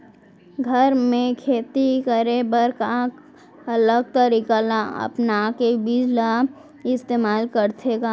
घर मे खेती करे बर का अलग तरीका ला अपना के बीज ला इस्तेमाल करथें का?